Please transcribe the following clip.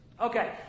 Okay